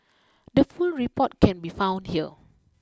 the full report can be found here